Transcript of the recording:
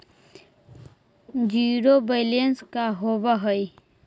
Zero balance का होव हइ?